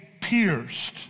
pierced